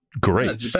great